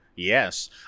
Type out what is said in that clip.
Yes